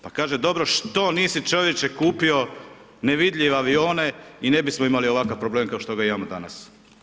Pa kaže, dobro što nisi čovječe kupio nevidljive avione i ne bismo imali ovakav problem kao što ga imamo danas.